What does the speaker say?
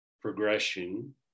progression